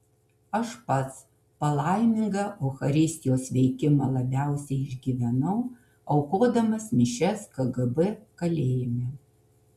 aš pats palaimingą eucharistijos veikimą labiausiai išgyvenau aukodamas mišias kgb kalėjime